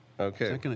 Okay